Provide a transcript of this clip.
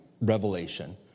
revelation